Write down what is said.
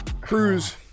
cruise